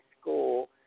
school